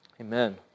Amen